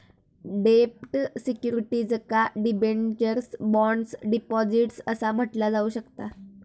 डेब्ट सिक्युरिटीजका debentures, bonds, deposits असा म्हटला जाऊ शकता